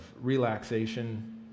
relaxation